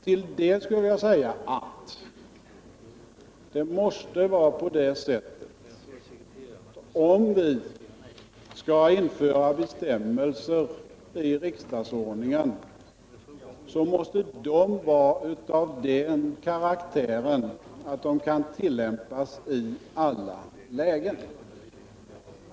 Till det skulle jag vilja säga att om vi skall införa bestämmelser i riksdagsordningen, så måste de vara av den karaktären att de kan tillämpas i alla lägen.